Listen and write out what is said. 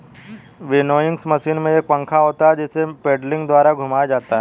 winnowing machine में एक पंखा होता है जिसे पेडलिंग द्वारा घुमाया जाता है